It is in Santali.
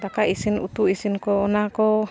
ᱫᱚᱠᱟ ᱤᱥᱤᱱ ᱩᱛᱩ ᱤᱥᱤᱱ ᱠᱚ ᱚᱱᱟ ᱠᱚ